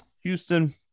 Houston